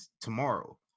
tomorrow